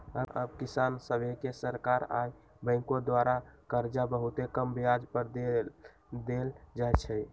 अब किसान सभके सरकार आऽ बैंकों द्वारा करजा बहुते कम ब्याज पर दे देल जाइ छइ